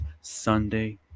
sunday